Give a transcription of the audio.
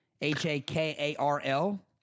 H-A-K-A-R-L